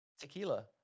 Tequila